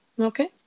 Okay